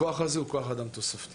הכוח הזה הוא כוח אדם תוספתי.